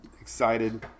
excited